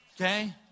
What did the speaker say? Okay